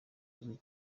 uzwi